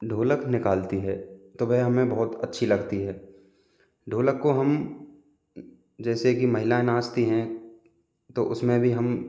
ढोलक निकलती है तो वह हमें बहुत अच्छी लगती है ढोलक को हम जैसे कि महिलाएं नाचती हैं तो उसमें भी हम